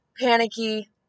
panicky